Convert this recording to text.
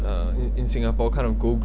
uh in in singapore kind of go